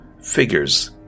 figures